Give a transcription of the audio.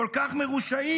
כל כך מרושעים?